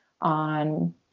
on